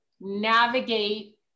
navigate